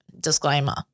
disclaimer